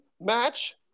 match